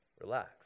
Relax